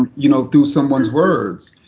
ah you know, through someone's words.